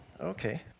Okay